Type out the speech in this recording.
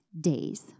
days